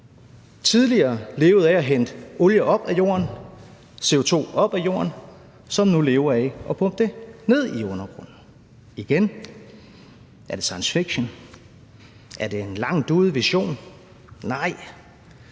tidligere levede af at hente olie op af jorden – altså CO2 op af jorden – som nu lever af at få det ned i undergrunden. Igen: Er det science fiction? Er det en langt ude-vision? Nej,